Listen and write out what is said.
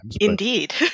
Indeed